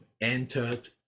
entered